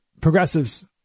progressives